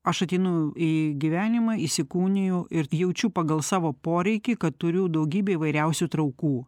aš ateinu į gyvenimą įsikūniju ir jaučiu pagal savo poreikį kad turiu daugybę įvairiausių traukų